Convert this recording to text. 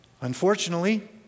Unfortunately